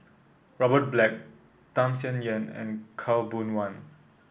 Robert Black Tham Sien Yen and Khaw Boon Wan